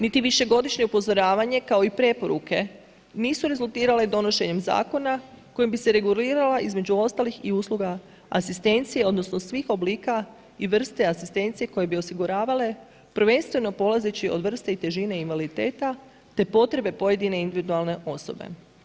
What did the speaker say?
Niti višegodišnje upozoravanja, kao i preporuke, nisu rezultirale donošenjem zakona kojim bi se regulirala, između ostalih i usluga asistencije, odnosno svih oblika i vrste asistencije koje bi osiguravale, prvenstveno polazeći od vrste i težine invaliditeta te potrebe pojedine individualne osobe.